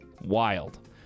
Wild